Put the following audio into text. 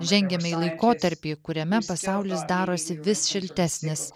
žengiame į laikotarpį kuriame pasaulis darosi vis šiltesnės